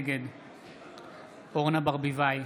נגד אורנה ברביבאי,